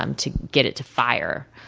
um to get it to fire.